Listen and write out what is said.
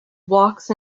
walks